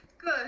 Good